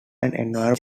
environmental